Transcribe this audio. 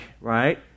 right